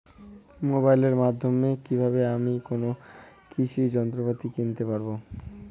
মোবাইলের মাধ্যমে কীভাবে আমি কোনো কৃষি যন্ত্রপাতি কিনতে পারবো?